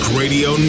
radio